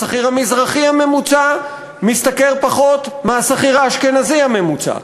השכיר המזרחי הממוצע משתכר פחות מהשכיר האשכנזי הממוצע,